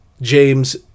James